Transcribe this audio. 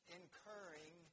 incurring